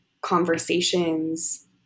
conversations